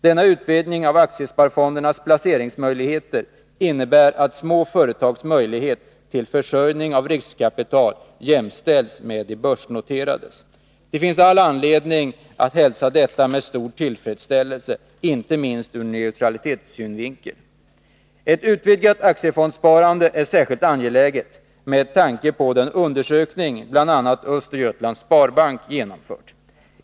Denna utvidgning av aktiesparfondernas placeringsmöjligheter innebär att små företags möjlighet till försörjning med riskkapital jämställs med de börsnoterades. Det finns all anledning att hälsa detta med stor tillfredsställelse, inte minst ur neutralitetssynvinkel. Ett utvidgat aktiefondssparande är särskilt angeläget med tanke bl.a. på den undersökning Östergötlands Sparbank genomfört.